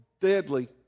deadly